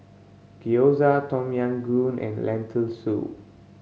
Gyoza Tom Yam Goong and Lentil Soup